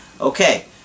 Okay